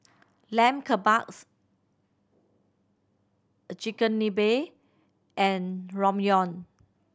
Lamb Kebabs Chigenabe and Ramyeon